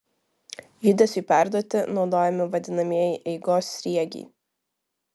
judesiui perduoti naudojami vadinamieji eigos sriegiai